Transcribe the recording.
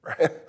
right